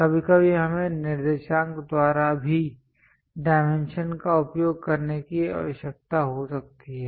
कभी कभी हमें निर्देशांक द्वारा भी डायमेंशन का उपयोग करने की आवश्यकता हो सकती है